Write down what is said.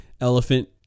elephant